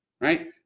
Right